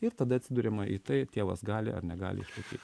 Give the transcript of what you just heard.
ir tada atsiduriama į tai tėvas gali ar negali išlaikyt